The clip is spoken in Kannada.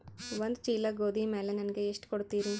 ಒಂದ ಚೀಲ ಗೋಧಿ ಮ್ಯಾಲ ನನಗ ಎಷ್ಟ ಕೊಡತೀರಿ?